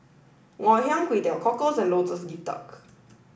Ngoh Hiang Kway Teow Cockles and Lotus Leaf Duck